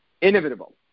Inevitable